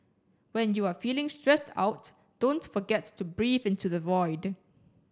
when you are feeling stressed out don't forget to breathe into the void